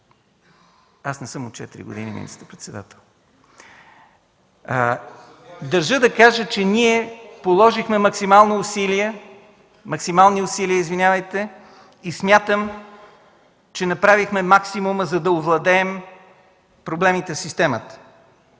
Аз не съм от четири години министър-председател. Държа да кажа, че ние положихме максимални усилия и смятам, че направихме максимума, за да овладеем промените в системата.